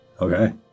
Okay